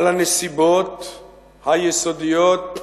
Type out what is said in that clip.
על הנסיבות היסודיות,